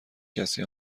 کسی